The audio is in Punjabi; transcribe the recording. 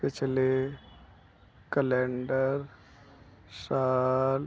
ਪਿਛਲੇ ਕੈਲੰਡਰ ਸਾਲ